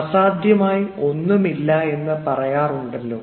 അസാധ്യമായി ഒന്നുമില്ല എന്ന് പറയാറുണ്ടല്ലോ